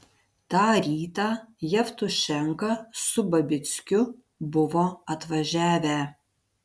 tą rytą jevtušenka su babickiu buvo atvažiavę